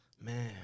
man